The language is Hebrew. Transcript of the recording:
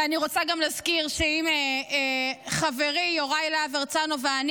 אני רוצה גם להזכיר שאם חברי יוראי להב הרצנו ואני